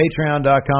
patreon.com